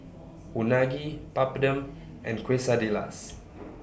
Unagi Papadum and Quesadillas